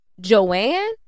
joanne